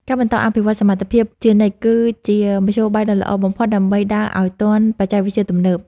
ការបន្តអភិវឌ្ឍសមត្ថភាពជានិច្ចគឺជាមធ្យោបាយដ៏ល្អបំផុតដើម្បីដើរឱ្យទាន់បច្ចេកវិទ្យាទំនើប។